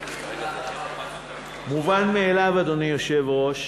מובן מאליו, אדוני היושב-ראש,